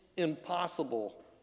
impossible